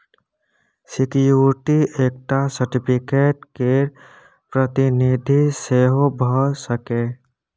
security एकटा certificate केर प्रतिनिधि सेहो भ सकैए